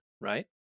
right